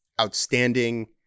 outstanding